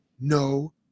no